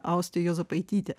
austė juozapaitytė